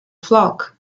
flock